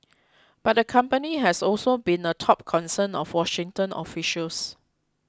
but the company has also been a top concern of Washington officials